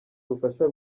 ubufasha